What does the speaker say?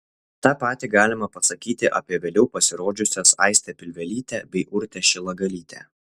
tą patį galima pasakyti apie vėliau pasirodžiusias aistę pilvelytę bei urtę šilagalytę